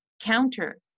counter